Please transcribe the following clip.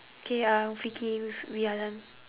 okay uh vicky we've we are done